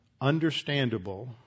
understandable